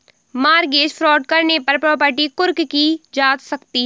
mortgage fraud करने पर property कुर्क की जा सकती है